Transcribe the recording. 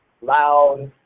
loud